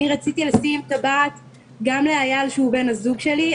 אני רציתי לשים טבעת גם לאייל שהוא בן הזוג שלי,